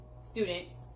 students